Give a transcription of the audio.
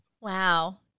Wow